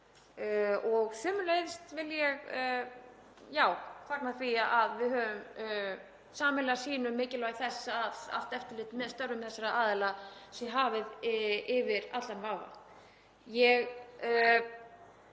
dag. Sömuleiðis vil ég fagna því að við höfum sameiginlega sýn á mikilvægi þess að allt eftirlit með störfum þessara aðila sé hafið yfir allan vafa.